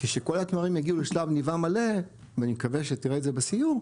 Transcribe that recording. כשכל התמרים יגיעו לשלב ניבה מלא ואני מקווה שתראה את זה בסיום,